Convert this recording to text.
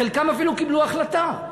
חלקן אפילו קיבלו החלטה.